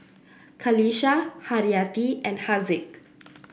Qalisha Haryati and Haziq